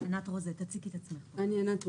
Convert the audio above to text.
ענת רוזה,